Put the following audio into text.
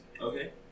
Okay